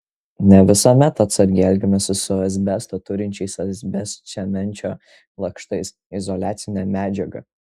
ne visuomet atsargiai elgiamasi su asbesto turinčiais asbestcemenčio lakštais izoliacine medžiaga